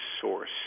source